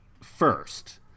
first